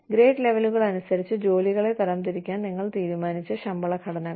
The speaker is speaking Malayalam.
ഗ്രേഡ് ലെവലുകൾ അനുസരിച്ച് ജോലികളെ തരംതിരിക്കാൻ നിങ്ങൾ തീരുമാനിച്ച ശമ്പള ഘടനകൾ